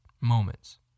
moments